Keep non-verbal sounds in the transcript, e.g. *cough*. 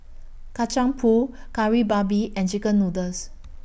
Kacang Pool *noise* Kari Babi and Chicken Noodles